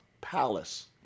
palace